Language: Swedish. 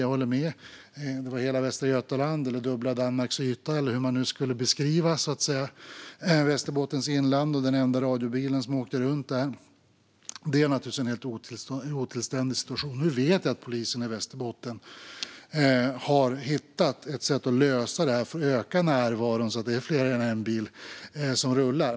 Jag håller med. Det har talats om hela Västra Götaland eller dubbla Danmarks yta, eller hur man nu skulle beskriva Västerbottens inland, och den enda radiobil som åkte runt där. Det är naturligtvis en helt otillständig situation. Nu vet jag att polisen i Västerbotten har hittat ett sätt att öka närvaron så att det är mer än en bil som rullar.